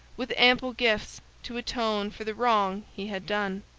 with ample gifts to atone for the wrong he had done.